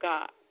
God